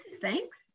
thanks